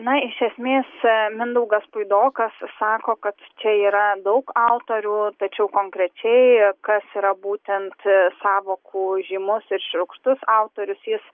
na iš esmės mindaugas puidokas sako kad čia yra daug autorių tačiau konkrečiai kas yra būtent sąvokų žymus ir šiurkštus autorius jis